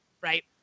right